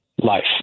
life